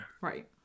right